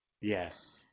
Yes